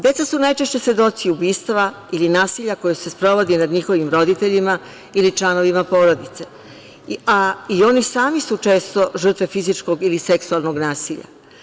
Deca su najčešće svedoci ubistva ili nasilja koja se sprovodi nad njihovim roditeljima ili članovima porodice, a i oni sami su često žrtve fizičkog ili seksualnog nasilja.